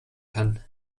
kann